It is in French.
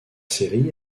séries